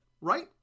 right